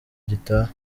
gitaha